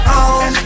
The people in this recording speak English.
on